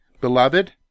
Beloved